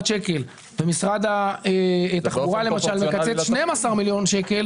שקלים ומשרד התחבורה למשל מקצץ 12 מיליון שקלים?